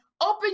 open